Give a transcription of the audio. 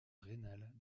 rénale